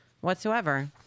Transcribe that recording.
whatsoever